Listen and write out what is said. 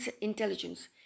intelligence